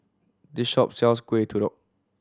this shop sells Kuih Kodok